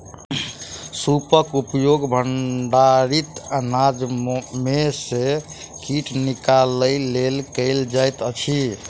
सूपक उपयोग भंडारित अनाज में सॅ कीट निकालय लेल कयल जाइत अछि